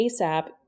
ASAP